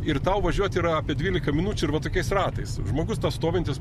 ir tau važiuot yra apie dvylika minučių ir va tokiais ratais žmogus stovintis